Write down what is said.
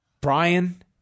Brian